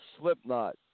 Slipknot